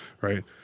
Right